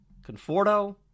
Conforto